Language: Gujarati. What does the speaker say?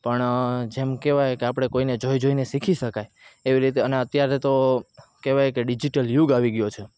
પણ જેમ કહેવાય કે આપણે કોઈને જોઈ જોઈને શીખી શકાય એવી રીતે અને અત્યારે તો કહેવાય કે ડિજિટલ યુગ આવી ગ્યો છે